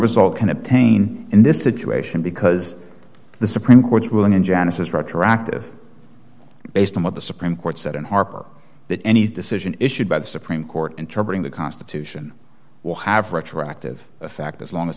result can obtain in this situation because the supreme court's ruling in genesis retroactive based on what the supreme court said in harper that any decision issued by the supreme court and troubling the constitution will have retroactive effect as long as